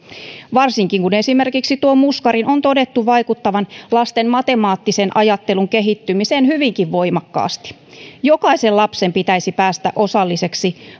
varsinkin kun esimerkiksi tuon muskarin on todettu vaikuttavan lasten matemaattisen ajattelun kehittymiseen hyvinkin voimakkaasti jokaisen lapsen pitäisi päästä osalliseksi